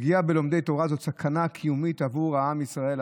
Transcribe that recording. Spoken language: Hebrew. פגיעה בלומדי תורה זו סכנה קיומית עבור עם ישראל,